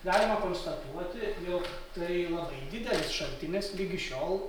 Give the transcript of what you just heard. galima konstatuoti jog tai labai didelis šaltinis ligi šiol